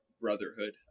brotherhood